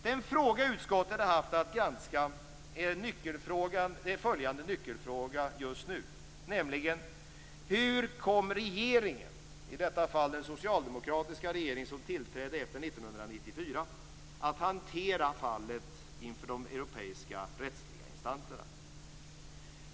Den fråga utskottet har haft att granska är följande nyckelfråga: Hur kom regeringen, i detta fall den socialdemokratiska regering som tillträdde efter 1994, att hantera fallet inför de europeiska rättsliga instanserna?